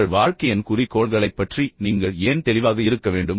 உங்கள் வாழ்க்கையின் குறிக்கோள்களைப் பற்றி நீங்கள் ஏன் தெளிவாக இருக்க வேண்டும்